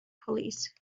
pulleys